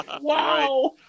Wow